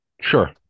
Sure